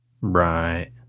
Right